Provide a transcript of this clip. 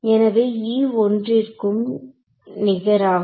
எனவே e ஒன்றிருக்கும் நிகராகும்